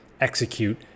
execute